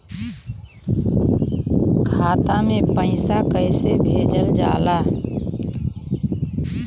खाता में पैसा कैसे भेजल जाला?